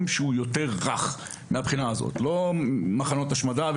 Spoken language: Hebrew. שמהבחינה הזאת הוא יותר רך ולא למחנות השמדה.